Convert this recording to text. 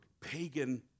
pagan